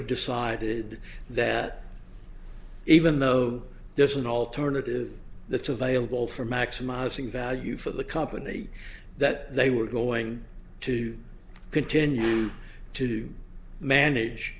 have decided that even though there is an alternative the to vailable for maximizing value for the company that they were going to continue to manage